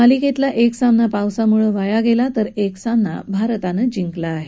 मालिकेतला एक सामना पावसामुळे वाया गेला तर एक सामना भारतानं जिंकला आहे